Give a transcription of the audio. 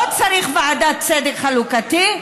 לא צריך ועדה לצדק חלוקתי.